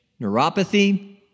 neuropathy